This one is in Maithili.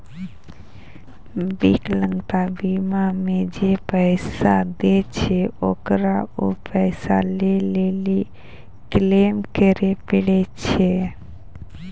विकलांगता बीमा मे जे पैसा दै छै ओकरा उ पैसा लै लेली क्लेम करै पड़ै छै